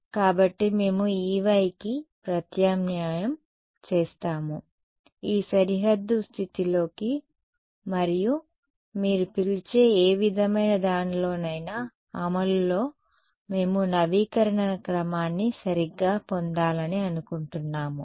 కాబట్టి మేము Ey కి ప్రత్యామ్నాయం చేస్తాము ఈ సరిహద్దు స్థితిలోకి మరియు మీరు పిలిచే ఏ విధమైన దానిలోనైనా అమలులో మేము నవీకరణ క్రమాన్ని సరిగ్గా పొందాలని అనుకుంటున్నాము